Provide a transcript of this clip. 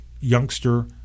youngster